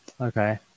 Okay